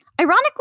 Ironically